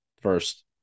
first